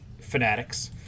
fanatics